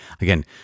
Again